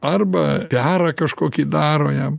arba piarą kažkokį daro jam